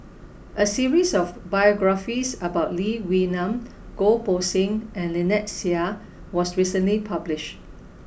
a series of biographies about Lee Wee Nam Goh Poh Seng and Lynnette Seah was recently published